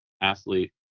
athlete